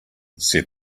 said